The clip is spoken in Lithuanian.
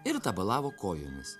ir tabalavo kojomis